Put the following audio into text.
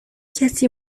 کسی